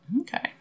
Okay